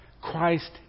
Christ